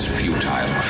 futile